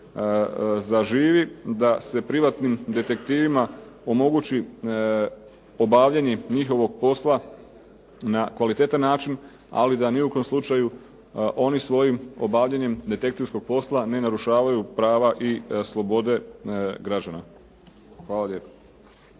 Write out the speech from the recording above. zaživi da se privatnim detektivima omogući obavljanje njihovog posla na kvalitetan način, ali da ni u kom slučaju oni svojim obavljanjem detektivskog posla ne narušavaju prava i slobode građana. Hvala lijepo.